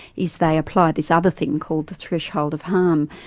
is they apply this other thing called the threshold of harm.